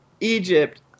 egypt